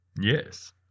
Yes